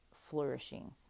flourishing